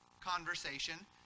conversation